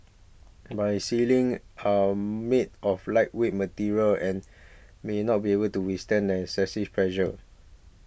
but ceilings are made of lightweight materials and may not be able to withstand as excessive pressure